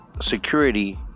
security